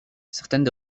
certaines